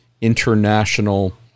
international